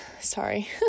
sorry